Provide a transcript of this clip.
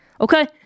okay